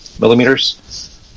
millimeters